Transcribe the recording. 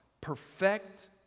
perfect